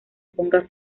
ponga